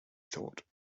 thought